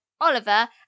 Oliver